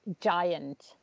giant